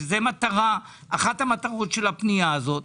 שזה אחת המטרות של הפנייה הזאת.